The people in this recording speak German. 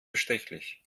bestechlich